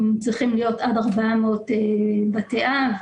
הם צריכים להיות עד 400 בתי אב,